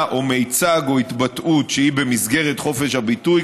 או מיצג או התבטאות שהיא במסגרת חופש הביטוי,